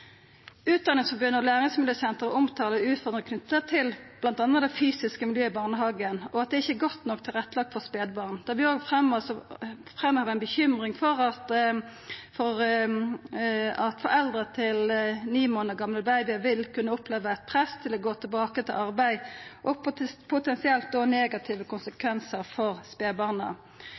Utdanningsforbundet og Læringsmiljøsenteret, som omtaler utfordringer med tanke på det fysiske miljøet i barnehagen, som ikke er godt nok tilrettelagt for spedbarn, og bekymring for at foreldre til ni måneder gamle babyer vil oppleve økt press for å gå tilbake i arbeid og potensielle negative konsekvenser for